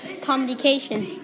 Communication